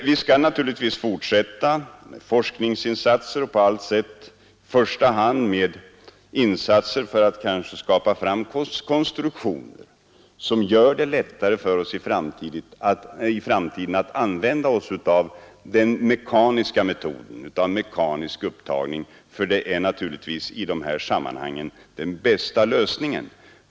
Vi skall naturligtvis fortsätta med forskningsinsatser och andra insatser för att i första hand få till stånd konstruktioner som gör det lättare för oss att i framtiden använda mekanisk upptagning, för det är i detta sammanhang den bästa lösningen.